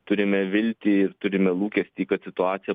turime viltį ir turime lūkestį kad situacija